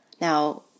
Now